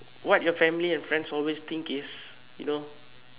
what your family and friends always think is you know